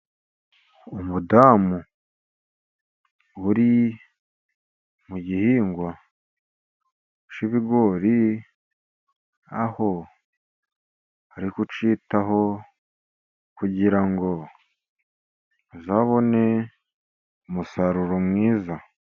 Umudamu uri mu gihingwa cy'ibigori , aho arimo kucyitaho, kugira ngo azabone umusaruro mwiza .